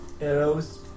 Arrows